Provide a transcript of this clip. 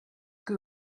que